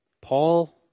Paul